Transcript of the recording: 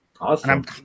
Awesome